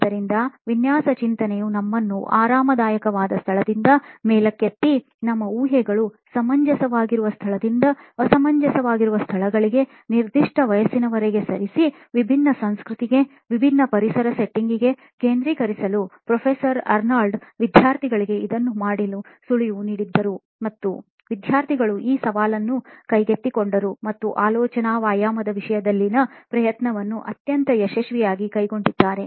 ಆದ್ದರಿಂದ ವಿನ್ಯಾಸ ಚಿಂತನೆಯು ನಿಮ್ಮನ್ನು ಆರಾಮದಾಯಕವಾದ ಸ್ಥಳದಿಂದ ಮೇಲಕ್ಕೆತ್ತಿ ನಿಮ್ಮ ಊಹೆಗಳು ಸಮಂಜಸವಾಗಿರುವ ಸ್ಥಳದಿಂದ ಅಸಮಂಜಸವಾಗಿರುವ ಸ್ಥಳಗಳಿಗೆ ನಿರ್ದಿಷ್ಟ ವಯಸ್ಸಿನವರಿಗೆ ಸರಿಸಿ ವಿಭಿನ್ನ ಸಂಸ್ಕೃತಿಗೆ ವಿಭಿನ್ನ ಪರಿಸರ ಸೆಟ್ಟಿಂಗ್ಗೆ ಕೇಂದ್ರೀಕರಿಸಲು ಪ್ರೊಫೆಸರ್ ಅರ್ನಾಲ್ಡ್ ವಿದ್ಯಾರ್ಥಿಗಳಿಗೆ ಇದನ್ನು ಮಾಡಲು ಸುಳಿವು ನೀಡುತ್ತಿದ್ದರು ಮತ್ತು ವಿದ್ಯಾರ್ಥಿಗಳು ಈ ಸವಾಲನ್ನು ಕೈಗೆತ್ತಿಕೊಂಡರು ಮತ್ತು ಆಲೋಚನಾ ವ್ಯಾಯಾಮದ ವಿಷಯದಲ್ಲಿನ ಪ್ರಯತ್ನವನ್ನು ಅತ್ಯಂತ ಯಶಸ್ವಿಯಾಗಿ ಕೈಗೊಂಡಿದ್ದಾರೆ